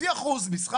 על מה?